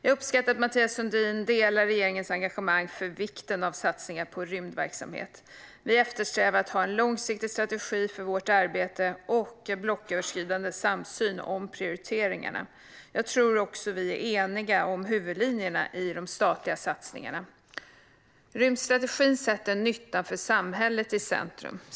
Jag uppskattar att Mathias Sundin delar regeringens engagemang för vikten av satsningar på rymdverksamhet. Vi eftersträvar att ha en långsiktig strategi för vårt arbete och en blocköverskridande samsyn om prioriteringarna. Jag tror också vi är eniga om huvudlinjerna i de statliga satsningarna. Rymdstrategin sätter nyttan för samhället i centrum.